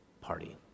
party